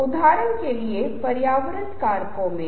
कुछ दिशानिर्देश हैं जो बहुत ही सामान्य हैं